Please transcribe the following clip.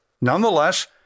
Nonetheless